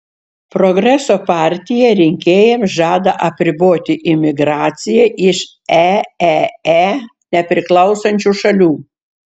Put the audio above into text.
progreso partija rinkėjams žada apriboti imigraciją iš eee nepriklausančių šalių